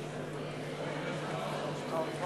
כבוד היושב-ראש,